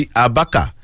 abaka